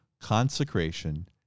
consecration